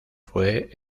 fue